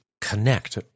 connect